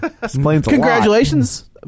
congratulations